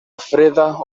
freda